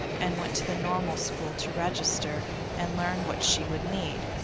and went to the normal school to register and learn what she would need.